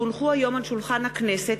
כי הונחו היום על שולחן הכנסת,